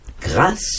grâce